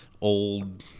old